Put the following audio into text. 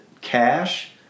cash